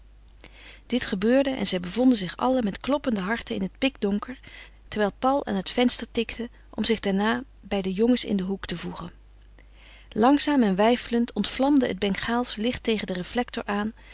dit gebeurde en zij bevonden zich allen met kloppende harten in het pikdonker terwijl paul aan het venster tikte om zich daarna bij de jongens in den hoek te voegen langzaam en weifelend ontvlamde het bengaalsche licht tegen den reflector aan